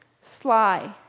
sly